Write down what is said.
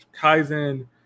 Kaizen